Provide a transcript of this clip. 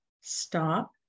stop